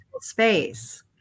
space